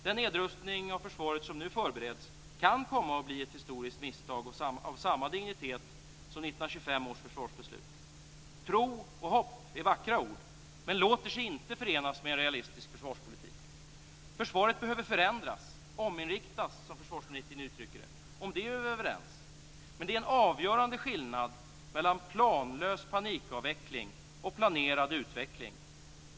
Den nedrustning av försvaret som nu förbereds kan komma att bli ett historiskt misstag av samma dignitet som 1925 års försvarsbeslut. Tro och hopp är vackra ord, men låter sig inte förenas med en realistisk försvarspolitik. Försvaret behöver förändras, ominriktas som försvarsministern uttrycker det. Det är vi överens om, men det är en avgörande skillnad mellan planlös panikavveckling och planerad utveckling.